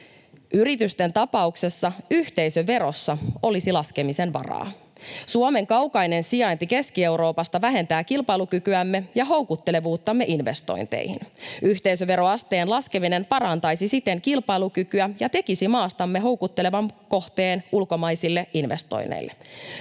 Yritysten tapauksessa yhteisöverossa olisi laskemisen varaa. Suomen kaukainen sijainti Keski-Euroopasta vähentää kilpailukykyämme ja houkuttelevuuttamme investointeihin. Yhteisöveroasteen laskeminen parantaisi siten kilpailukykyä ja tekisi maastamme houkuttelevan kohteen ulkomaisille investoinneille.